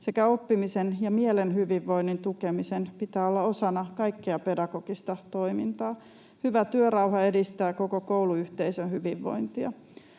sekä oppimisen ja mielen hyvinvoinnin tukemisen pitää olla osana kaikkea pedagogista toimintaa. Hyvä työrauha edistää koko kouluyhteisön hyvinvointia.